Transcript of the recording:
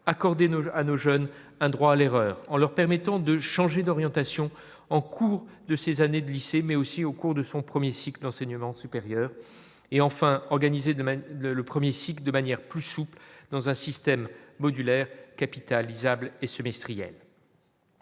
voeux à nos jeunes un droit à l'erreur, en leur permettant de changer d'orientation en cours de ses années de lycée mais aussi au cours de son 1er cycle d'enseignement supérieur et enfin organiser demain le 1er site de manière plus souple dans un système modulaire capitaliser humble et semestriel.